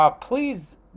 Please